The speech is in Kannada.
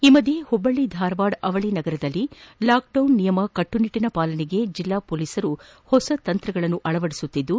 ಈ ಮಧ್ಯೆ ಹುಟ್ಟಳ್ಳಿ ಧಾರವಾಡ ಅವಳಿ ನಗರದಲ್ಲಿ ಲಾಕ್ಡೌನ್ ನಿಯಮ ಕಟ್ಟುನಿಟ್ಟನ ಪಾಲನೆಗೆ ಜಿಲ್ಲಾ ಪೊಲೀಸರು ಹೊಸ ತಂತ್ರಗಳನ್ನು ಅಳವಡಿಸುತ್ತಿದ್ದು